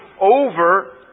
over